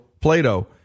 Plato